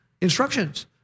instructions